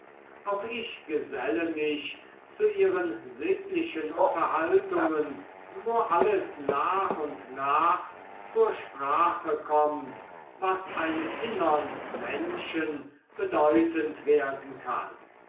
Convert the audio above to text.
auch ich geselle mich zu ihren sittlichen unterhaltungen wo alles nach und nach zur sprache kommt was einem innern menschen bedeutend werden kann